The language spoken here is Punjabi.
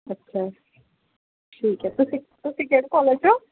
ਅੱਛਾ ਠੀਕ ਹੈ ਤੁਸੀਂ ਤੁਸੀਂ ਕਿਹੜੇ ਕੋਲੇਜ 'ਚ ਹੋ